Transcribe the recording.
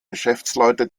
geschäftsleute